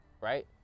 right